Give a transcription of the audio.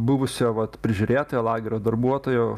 buvusio vat prižiūrėtojo lagerio darbuotojo